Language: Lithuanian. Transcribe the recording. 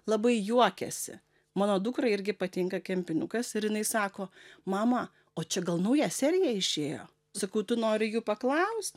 labai juokėsi mano dukrai irgi patinka kepinukas ir jinai sako mama o čia gal nauja serija išėjo sakau tu nori jų paklaust